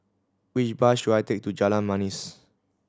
which bus should I take to Jalan Manis